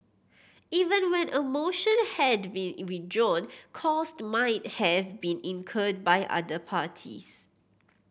even when a motion had been withdrawn cost might have been incurred by other parties